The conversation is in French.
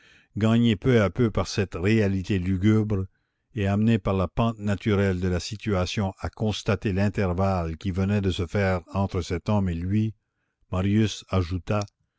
gagné peu à peu par cette réalité lugubre et amené par la pente naturelle de la situation à constater l'intervalle qui venait de se faire entre cet homme et lui marius ajouta